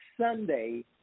Sunday